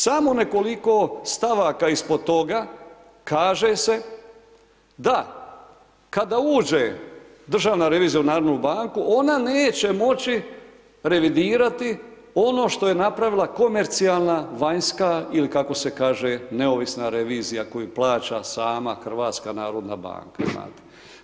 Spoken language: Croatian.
Samo nekoliko stavaka ispod toga kaže se da kada uđe državna revizija u Narodnu banku ona neće moći revidirati ono što je napravila komercijalna vanjska ili kako se kaže neovisna revizija koju plaća sama Hrvatska narodna banka, znate.